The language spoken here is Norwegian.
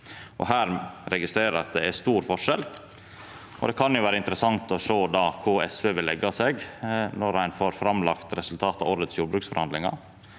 Her registrerer eg at det er stor forskjell. Det kan då vera interessant å sjå kvar SV vil leggja seg når ein får framlagt resultatet av årets jordbruksforhandlingar,